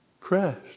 Crashed